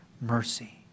mercy